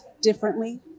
differently